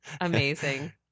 Amazing